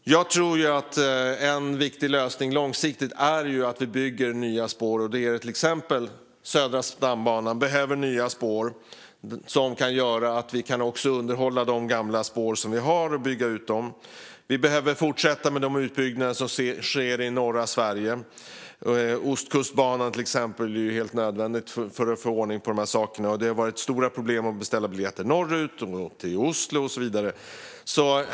En viktig lösning långsiktigt är att vi bygger nya spår. Södra stambanan behöver till exempel nya spår. Det kan göra att vi också kan underhålla de gamla spår vi har och bygga ut dem. Vi behöver fortsätta med de utbyggnader som sker i norra Sverige. Ostkustbanan är till exempel helt nödvändig för att få ordning på de sakerna. Det har varit stora problem att beställa biljetter norrut, till Oslo och så vidare.